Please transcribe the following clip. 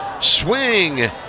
Swing